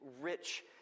rich